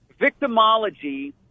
Victimology